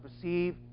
perceive